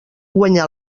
guanyà